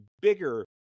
bigger